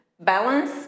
Balance